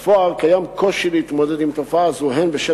בפועל קיים קושי להתמודד עם תופעה זו הן בשל